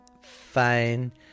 fine